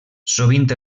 sovint